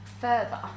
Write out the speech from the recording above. further